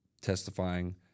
testifying